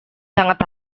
sangat